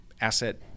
asset